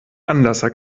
anlasser